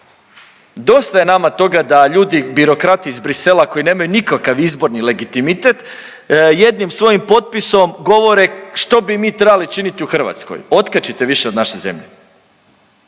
Dosta je nama toga da ljudi birokrati iz Bruxsellesa koji nemaju nikakav izborni legitimitet jednim svojim potpisom govore što bi mi trebali činiti u Hrvatskoj. Otkačite više od naše zemlje.